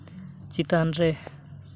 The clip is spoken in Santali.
ᱪᱮᱛᱟᱱ ᱨᱮ